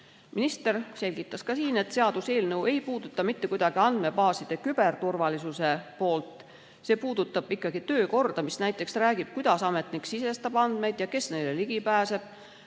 Minister selgitas ka siin, et seaduseelnõu ei puuduta mitte kuidagi andmebaaside küberturvalisust. See puudutab töökorda, mis näiteks räägib, kuidas ametnik sisestab andmeid ja kes neile ligi pääseb.